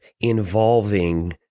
involving